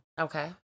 Okay